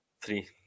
three